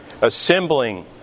assembling